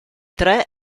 tre